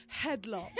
headlock